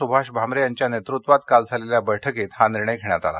सुभाष भामरे यांच्या नेतृत्वात काल झालेल्या बैठकीत हा निर्णय घेण्यात आला